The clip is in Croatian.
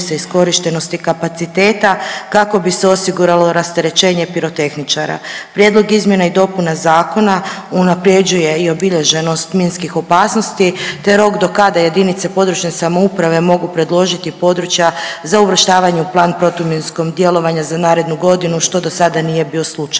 se iskorištenosti kapaciteta kako bi se osiguralo rasterećenje pirotehničara. Prijedlog izmjena i dopuna zakona unaprjeđuje i obilježenost minskih opasnosti te rok do kada jedinice područne samouprave mogu predložiti područja za uvrštavanja u plan protuminskom djelovanja za narednu godinu, što do sada nije bio slučaj.